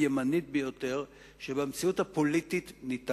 הימנית ביותר שניתן להקים במציאות הפוליטית.